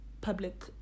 public